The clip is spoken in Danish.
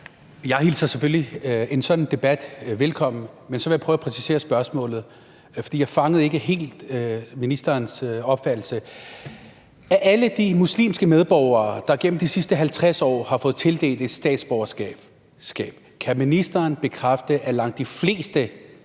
Jeg hilser selvfølgelig en sådan debat velkommen. Men så vil jeg prøve at præcisere spørgsmålet, for jeg fangede ikke helt ministerens opfattelse. Kan ministeren bekræfte, at af alle de muslimske medborgere, der gennem de sidste 50 år har fået tildelt et statsborgerskab, har langt de fleste naturligvis